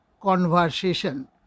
conversation